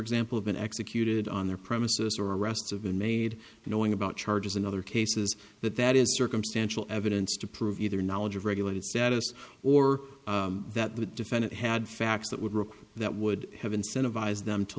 example have been executed on their premises or arrests have been made knowing about charges in other cases but that is circumstantial evidence to prove either knowledge of regulated status or that the defendant had facts that would require that would have incentivize them to